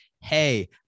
hey